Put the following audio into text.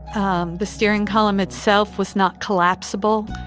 um the steering column itself was not collapsible.